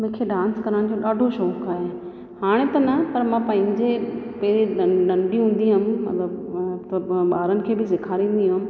मूंखे डांस करण जो ॾाढो शौक़ु आहे हाणे त न पर मां पंहिंजे पहिरीं नं नंढी हूंदी हुअमि मतिलबु ॿारनि खे बि सेखारींदी हुअमि